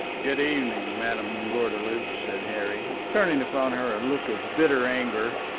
good evening, madame gordeloup, said harry, turning upon her a look of bitter anger.